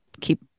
keep